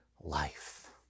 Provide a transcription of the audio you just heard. life